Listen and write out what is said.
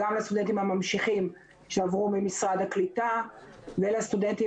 עבור הסטודנטים הממשיכים שעברו ממשרד הקליטה ועבור הסטודנטים